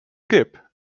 kip